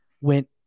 went